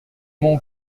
mon